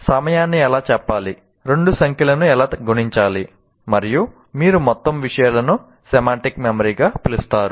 సమయాన్ని ఎలా చెప్పాలి రెండు సంఖ్యలను ఎలా గుణించాలి మరియు మీరు మొత్తం విషయాలను సెమాంటిక్ మెమరీగా పిలుస్తారు